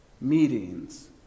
Meetings